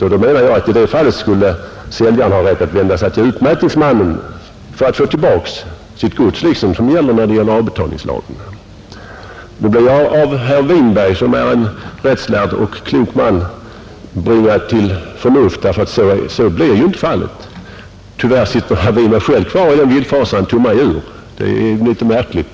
Jag menar att säljaren då skulle ha rätt att vända sig till utmätningsman för att få tillbaka sitt gods på samma sätt som gäller enligt avbetalningslagen. Nu blev jag av herr Winberg, som är en rättslärd och klok man, bringad till förnuft, ty ett sådant fall som jag nyss antydde kan inte uppstå. Tyvärr sitter herr Winberg själv kvar i den villfarelse som han tog mig ur. Det är mycket märkligt.